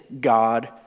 God